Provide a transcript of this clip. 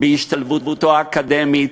השתלבותו האקדמית,